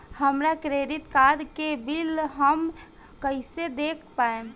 हमरा credit card के bill हम कइसे देख पाएम?